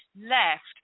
left